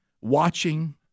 watching